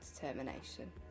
determination